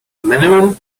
minimum